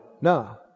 No